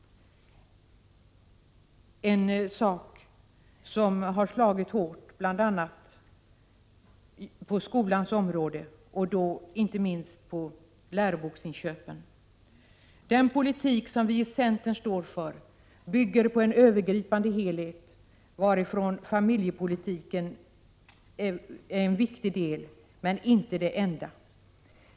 Ett faktum som har slagit hårt bl.a. på skolans område och då inte minst på inköpen av läroböcker. Den politik som vi i centern står för bygger på en övergripande helhet i vilken familjepolitiken är en viktig del men inte den enda.